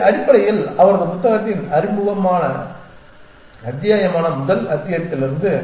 இது அடிப்படையில் அவரது புத்தகத்தின் அறிமுக அத்தியாயமான முதல் அத்தியாயத்திலிருந்து